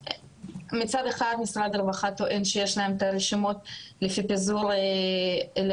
מצד אחד משרד הרווחה טוען שיש להם את הרשימות לפי פיזור לערים,